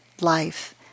life